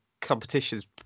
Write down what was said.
competitions